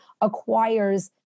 acquires